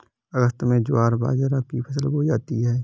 अगस्त में ज्वार बाजरा की फसल बोई जाती हैं